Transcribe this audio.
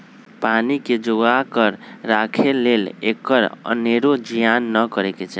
पानी के जोगा कऽ राखे लेल एकर अनेरो जियान न करे चाहि